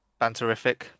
Banterific